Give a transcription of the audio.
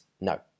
No